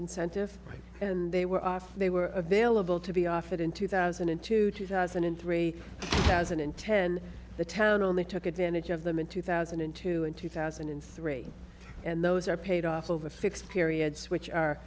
incentive and they were they were available to be offered in two thousand and two two thousand and three thousand and ten the town only took advantage of them in two thousand and two and two thousand and three and those are paid off over fixed periods which are